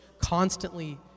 constantly